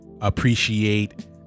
appreciate